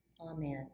Amen